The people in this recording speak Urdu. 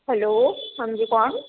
ہیلو ہاں جی کون